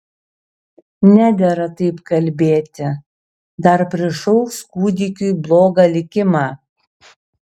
nedera taip kalbėti dar prišauks kūdikiui blogą likimą